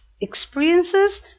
experiences